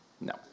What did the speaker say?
No